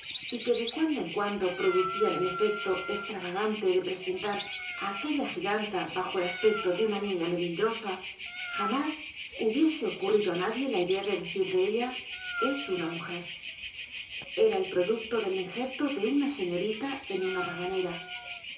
y que de cuando ea cuando producian el efecto estravagante de presentar á aquella giganta bajo el aspecto de una niña melindrosa jamás hubiese ocurrido á nadie la idea de decir de ella es una mujer era el producto del ingerto de una señorita en una rabanera